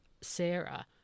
Sarah